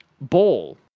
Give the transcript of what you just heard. bowl